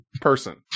person